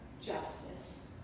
justice